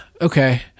okay